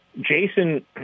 Jason